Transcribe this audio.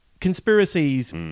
conspiracies